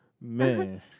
Man